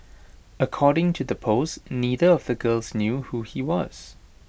according to the post neither of the girls knew who he was